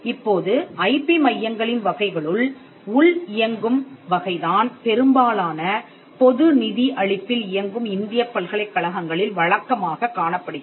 இப்போது ஐபி மையங்களின் வகைகளுள் உள் இயங்கும் வகைதான் பெரும்பாலான பொது நிதி அளிப்பில் இயங்கும் இந்தியப் பல்கலைக்கழகங்களில் வழக்கமாகக் காணப்படுகிறது